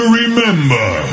remember